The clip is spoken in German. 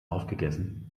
aufgegessen